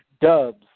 Dubs